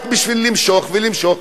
רק בשביל למשוך ולמשוך.